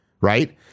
right